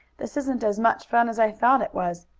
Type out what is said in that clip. this isn't as much fun as i thought it was.